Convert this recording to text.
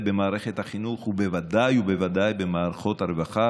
הטמעת התפיסה הטיפולית נעשית באמצעות ליווי מקצועי,